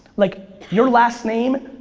like your last name?